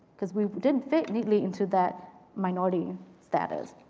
because we didn't fit neatly into that minority status.